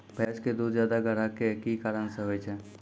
भैंस के दूध ज्यादा गाढ़ा के कि कारण से होय छै?